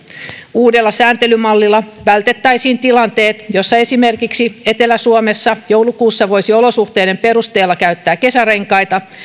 uudella sääntelymallilla vältettäisiin tilanteet joissa esimerkiksi etelä suomessa joulukuussa voisi olosuhteiden perusteella käyttää kesärenkaita